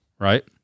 Right